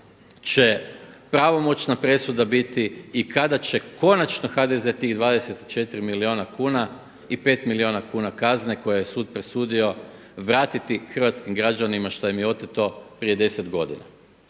će pravomoćna presuda biti i kada će konačno HDZ tih 24 milijuna kuna i pet milijuna kazne koje je sud presudio vratiti hrvatskim građanima šta im je oteto prije deset godina.